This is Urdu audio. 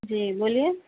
جی بولیے